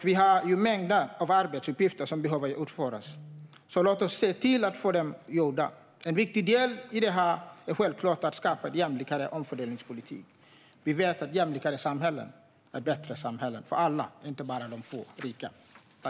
Vi har ju mängder av arbetsuppgifter som behöver utföras, så låt oss se till att få dem gjorda! En viktig del i detta är självklart att skapa en jämlikare omfördelningspolitik. Vi vet att jämlikare samhällen är bättre samhällen för alla - inte bara för de få rika.